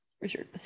Richard